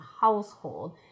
household